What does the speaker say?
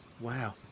Wow